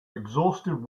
exhaustive